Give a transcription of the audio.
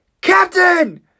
Captain